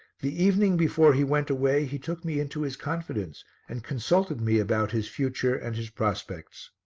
the evening before he went away he took me into his confidence and consulted me about his future and his prospects.